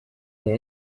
the